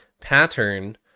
Pattern